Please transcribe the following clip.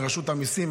מרשות המיסים.